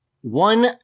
one